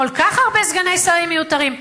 כל כך הרבה סגני שרים מיותרים,